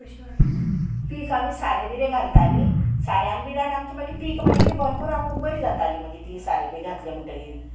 वाडयताली पीक आमी सारें बिरें घालतालीं साऱ्यान बिरान आमची मागीर पीक मागीर ती भरपूर आमकां बरी जाताली मागीर ती सारें बी घातली म्हणटगीर